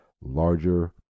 larger